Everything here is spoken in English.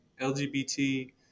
LGBT